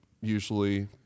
usually